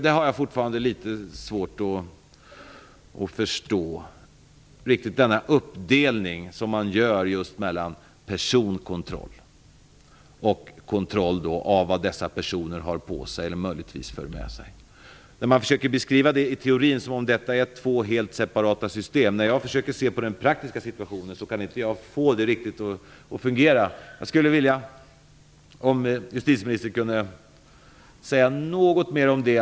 Jag har fortfarande litet svårt att förstå den uppdelning som man gör mellan personkontroll och kontroll av vad dessa personer för med sig. I teorin försöker man beskriva detta som att det är två separata system. När jag försöker se på den praktiska situationen kan jag inte riktigt få det att fungera. Jag skulle vilja att justitieministern sade något mer om detta.